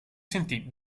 sentì